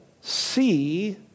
see